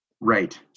right